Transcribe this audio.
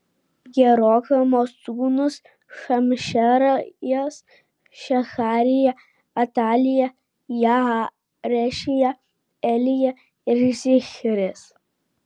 jerohamo sūnūs šamšerajas šeharija atalija jaarešija elija ir zichris